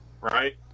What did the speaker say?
right